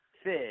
fish